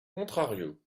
contrario